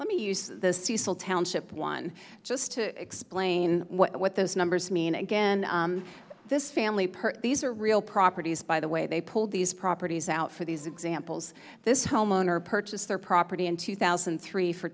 let me use the cecil township one just to explain what those numbers mean again this family these are real properties by the way they pulled these properties out for these examples this homeowner purchased their property in two thousand and three for